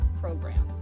program